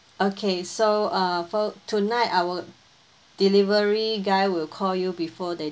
okay so uh for tonight our delivery guy will call you before they